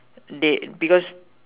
they because